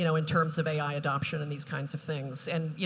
you know in terms of ai adoption and these kinds of things? and, you